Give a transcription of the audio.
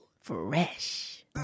Fresh